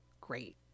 great